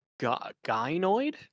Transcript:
gynoid